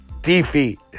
defeat